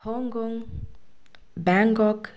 Hong Kong Bangkok